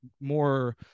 more